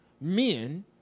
men